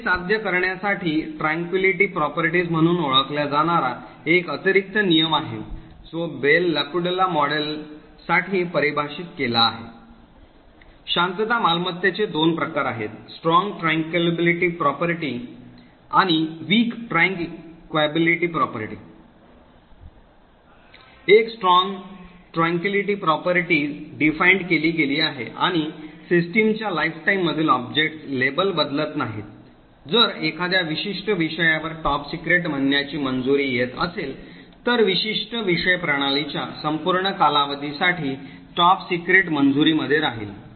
हे साध्य करण्यासाठी शांतता गुणधर्म म्हणून ओळखल्या जाणारा एक अतिरिक्त नियम आहे जो बेल लापॅडुला मॉडेल साठी परिभाषित केला आहे शांतता मालमत्तेचे दोन प्रकार आहेत Strong Tranquillity property आणि Weak Tranquillity property एक Strong Tranquillity property परिभाषित केली गेली आहे आणि सिस्टीमच्या लाइफटाईम मधील ऑब्जेक्ट्स लेबल बदलत नाहीत जर एखाद्या विशिष्ट विषयावर टॉप सीक्रेट म्हणण्याची मंजूरी येत असेल तर विशिष्ट विषय प्रणालीच्या संपूर्ण कालावधी साठी टॉप सिक्रेट मंजूरी मध्ये राहील